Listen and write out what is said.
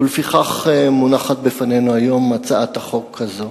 ולפיכך מונחת בפנינו היום הצעת החוק הזו.